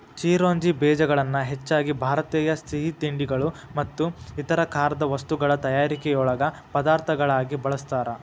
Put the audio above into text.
ಚಿರೋಂಜಿ ಬೇಜಗಳನ್ನ ಹೆಚ್ಚಾಗಿ ಭಾರತೇಯ ಸಿಹಿತಿಂಡಿಗಳು ಮತ್ತು ಇತರ ಖಾರದ ವಸ್ತುಗಳ ತಯಾರಿಕೆಯೊಳಗ ಪದಾರ್ಥಗಳಾಗಿ ಬಳಸ್ತಾರ